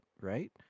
right